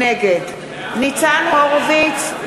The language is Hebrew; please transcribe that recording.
נגד ניצן הורוביץ,